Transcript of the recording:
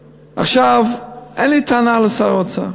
עכשיו, אין לי טענה לשר האוצר.